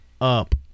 up